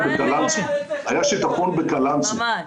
--- הדבר הראשון שעשיתי אני זוכר שהיה שיטפון בקלאנסווה.